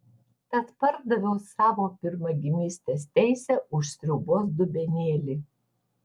tad pardaviau savo pirmagimystės teisę už sriubos dubenėlį